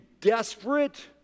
desperate